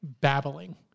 babbling